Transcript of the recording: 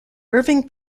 irving